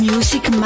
Music